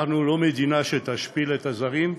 אנחנו לא מדינה שתשפיל את הזרים,